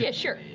yeah sure.